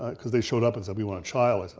ah cause they showed up and said we want a child,